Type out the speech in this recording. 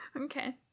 Okay